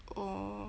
oh